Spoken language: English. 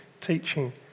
teaching